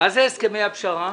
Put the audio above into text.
מה אלו הסכמי הפשרה?